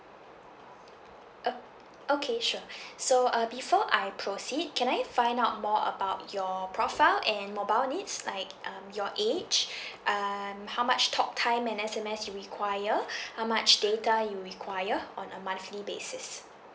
uh okay sure so uh before I proceed can I find out more about your profile and mobile needs like um your age um how much talk time and S_M_S you require how much data you require on a monthly basis